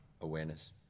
awareness